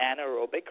anaerobic